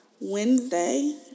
Wednesday